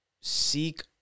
seek